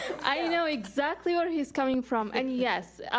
i know exactly where he's coming from. and yes,